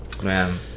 man